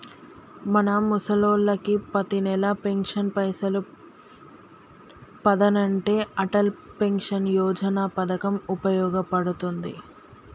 మన ముసలోళ్ళకి పతినెల పెన్షన్ పైసలు పదనంటే అటల్ పెన్షన్ యోజన పథకం ఉపయోగ పడుతుంది